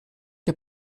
der